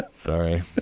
Sorry